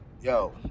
yo